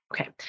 Okay